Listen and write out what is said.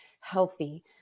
healthy